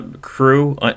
crew